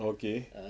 oh okay